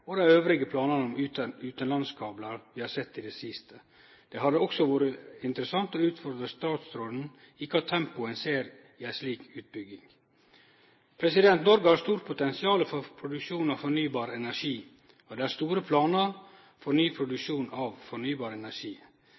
for dei andre planane om utanlandskablar som vi har sett i det siste. Det hadde også vore interessant å utfordre statsråden på i kva tempo ein ser for seg ei slik utbygging. Noreg har stort potensial for produksjon av fornybar energi, og det er store planar for ny produksjon av fornybar energi.